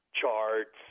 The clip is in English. charts